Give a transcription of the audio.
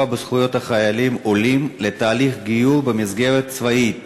בזכויות חיילים עולים לתהליך גיור במסגרת צבאית,